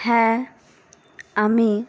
হ্যাঁ আমি